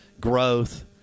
growth